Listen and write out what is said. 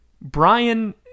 Brian